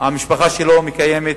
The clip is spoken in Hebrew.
המשפחה שלו מקיימת